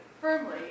firmly